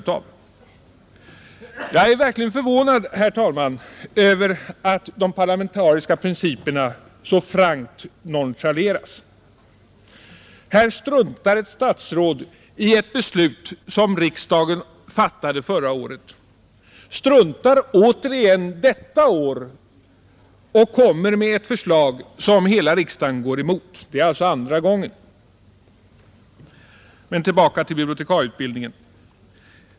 Jag är verkligen förvånad, herr talman, över att de parlamentariska principerna så frankt nonchaleras. Här struntar ett statsråd i ett beslut som riksdagen fattade förra året. I år struntar han återigen i det. Han kommer med förslaget igen som hela riksdagen går emot. Det är alltså andra gången. Men tillbaka till bibliotekarieutbildningen!